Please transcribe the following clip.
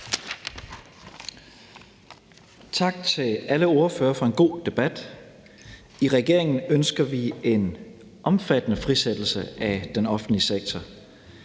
Tak til alle ordførere for en god debat. I regeringen ønsker vi en omfattende frisættelse af den offentlig sektor.